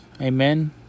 Amen